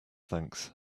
thanks